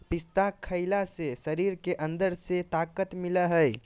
पिस्ता खईला से शरीर के अंदर से ताक़त मिलय हई